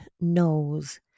knows